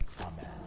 Amen